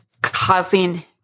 causing